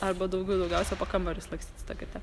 arba daugių daugiausia po kambarius lakstyt su ta kate